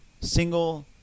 Single